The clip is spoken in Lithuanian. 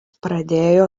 pradėjo